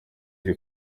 iri